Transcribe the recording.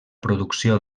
producció